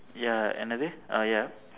ya என்னது:ennathu err ya